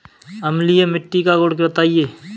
अम्लीय मिट्टी का गुण बताइये